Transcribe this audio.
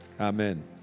Amen